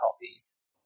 copies